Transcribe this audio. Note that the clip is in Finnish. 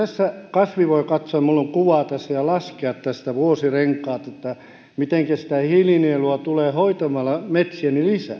kasvi voi katsoa minulla on kuva tässä ja laskea tästä vuosirenkaat että mitenkä sitä hiilinielua tulee lisää hoitamalla metsiä